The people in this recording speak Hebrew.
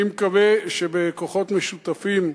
אני מקווה שבכוחות משותפים,